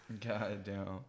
Goddamn